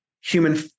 human